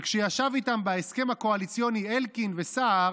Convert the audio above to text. שכשישבו איתם בהסכם הקואליציוני אלקין וסער,